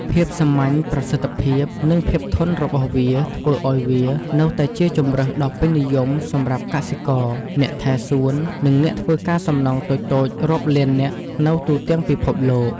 ភាពសាមញ្ញ ប្រសិទ្ធភាព និងភាពធន់របស់វា ធ្វើឱ្យវានៅតែជាជម្រើសដ៏ពេញនិយមសម្រាប់កសិករ អ្នកថែសួន និងអ្នកធ្វើការសំណង់តូចៗរាប់លាននាក់នៅទូទាំងពិភពលោក។